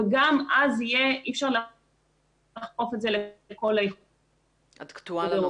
וגם אז אי אפשר לאכוף את זה לכל האיחוד האירופי.